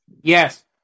Yes